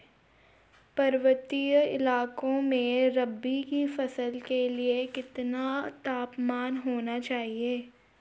पर्वतीय इलाकों में रबी की फसल के लिए कितना तापमान होना चाहिए?